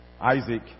Isaac